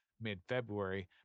mid-February